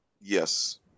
Yes